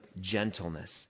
gentleness